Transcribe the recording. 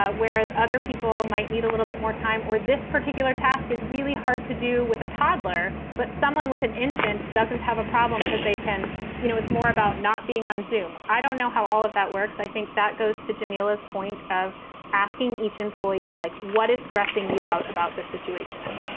whereas other people might need a little bit more time. or this particular task is really hard to do with a toddler. but someone with an infant doesn't have a problem because they can you know, it's more about not being on zoome. i don't know how all of that works. i think that goes to jamila's point of asking each employee, like, what is stressing you out about the situation?